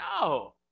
No